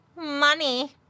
Money